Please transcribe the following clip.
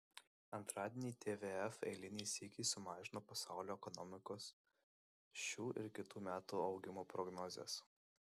antradienį tvf eilinį sykį sumažino pasaulio ekonomikos šių ir kitų metų augimo prognozes